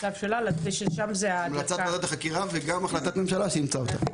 זאת המלצה של ועדת החקירה וזאת גם החלטת ממשלה שאימצה את ההמלצה הזאת.